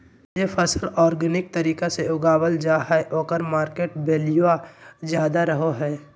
जे फसल ऑर्गेनिक तरीका से उगावल जा हइ ओकर मार्केट वैल्यूआ ज्यादा रहो हइ